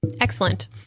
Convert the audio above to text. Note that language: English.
Excellent